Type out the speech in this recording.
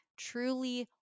Truly